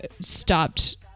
stopped